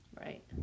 Right